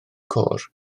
côr